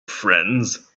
friends